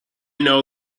know